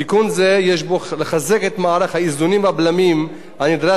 תיקון זה יש בו לחזק את מערך האיזונים והבלמים הנדרש